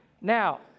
Now